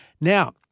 Now